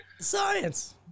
science